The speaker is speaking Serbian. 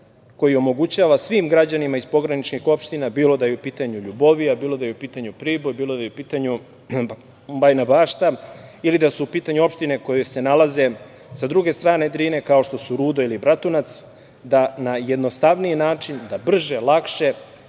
koji omogućava svim građanima iz pograničnih opština, bilo da je u pitanju Ljubovija, bilo da je u pitanju Priboj, bilo da je u pitanju Bajina Bašta ili da su u pitanju opštine koje se nalaze sa druge strane Drine, kao što su Rudo ili Bratunac, da na jednostavniji način, brže i lakše,